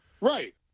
Right